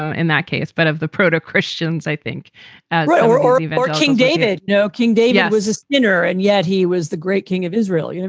um in that case. but of the proto christians, i think and or or king david. no, king data was a sinner, and yet he was the great king of israel. you know